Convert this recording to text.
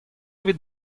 evit